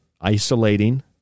isolating